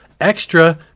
extra